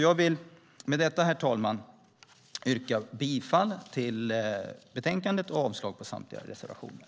Jag vill med detta, herr talman, yrka bifall till utskottets förslag och avslag på samtliga reservationer.